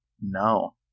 No